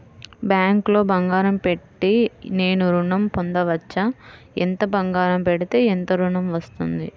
బ్యాంక్లో బంగారం పెట్టి నేను ఋణం పొందవచ్చా? ఎంత బంగారం పెడితే ఎంత ఋణం వస్తుంది?